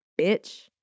bitch